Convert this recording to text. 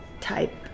type